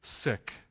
sick